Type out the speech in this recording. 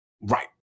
Right